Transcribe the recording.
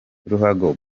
ruhago